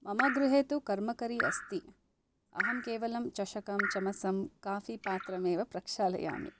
मम गृहे तु कर्मकरी अस्ति अहं केवलं चषकं चमसं काफि पात्रम् एव प्रक्षालयामि